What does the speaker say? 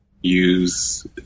use